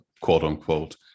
quote-unquote